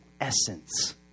essence